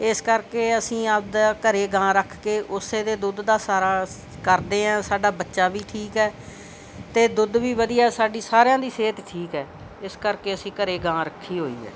ਇਸ ਕਰਕੇ ਅਸੀਂ ਆਪਦੇ ਘਰੇ ਗਾਂ ਰੱਖ ਕੇ ਉਸੇ ਦੇ ਦੁੱਧ ਦਾ ਸਾਰਾ ਕਰਦੇ ਹਾਂ ਸਾਡਾ ਬੱਚਾ ਵੀ ਠੀਕ ਹੈ ਅਤੇ ਦੁੱਧ ਵੀ ਵਧੀਆ ਸਾਡੀ ਸਾਰਿਆਂ ਦੀ ਸਿਹਤ ਠੀਕ ਹੈ ਇਸ ਕਰਕੇ ਅਸੀਂ ਘਰੇ ਗਾਂ ਰੱਖੀ ਹੋਈ ਹੈ